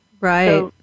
Right